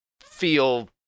feel